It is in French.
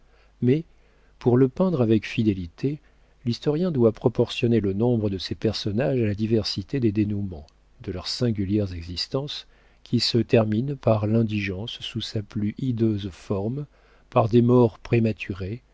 mais pour le peindre avec fidélité l'historien doit proportionner le nombre de ces personnages à la diversité des dénoûments de leurs singulières existences qui se terminent par l'indigence sous sa plus hideuse forme par des morts prématurées